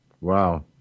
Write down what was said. Wow